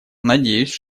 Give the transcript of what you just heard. надеюсь